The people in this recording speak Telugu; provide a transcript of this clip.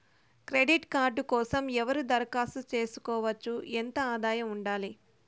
క్రెడిట్ కార్డు కోసం ఎవరు దరఖాస్తు చేసుకోవచ్చు? ఎంత ఆదాయం ఉండాలి?